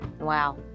Wow